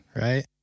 Right